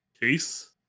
case